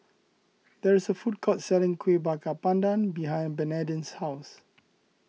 there is a food court selling Kueh Bakar Pandan behind Bernadine's house